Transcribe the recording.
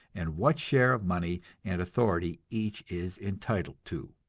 and what share of money and authority each is entitled to.